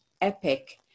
epic